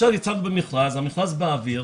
יצאנו למכרז, המכרז באוויר,